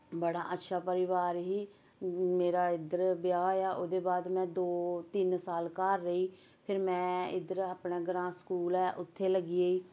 बड़ा अच्छा परिवार ही मेरा इध्दर ब्याह् होया ओह्दे बाद में दो तिन्न साल घर रेही फिर में इध्दर अपनै ग्रांऽ स्कूल ऐ उत्थें लग्गी गेई